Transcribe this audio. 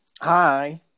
Hi